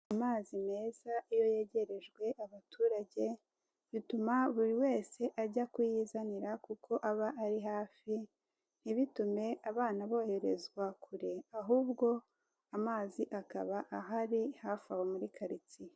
Amazi meza iyo yegerejwe abaturage, bituma buri wese ajya kuyizanira kuko aba ari hafi, ntibitume abana boherezwa kure, ahubwo amazi akaba ahari hafi aho muri karitsiye.